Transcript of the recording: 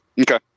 Okay